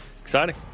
exciting